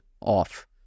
off